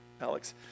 Alex